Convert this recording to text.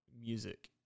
music